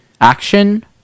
Action